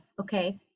Okay